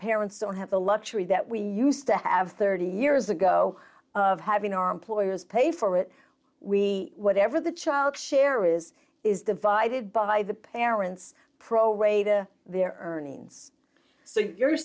parents don't have the luxury that we used to have thirty years ago of having our employers pay for it we whatever the child share is is divided by the parents pro reda their earnings so you're